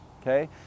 Okay